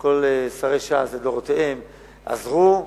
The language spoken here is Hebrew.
כל שרי ש"ס לדורותיהם עזרו ויעזרו,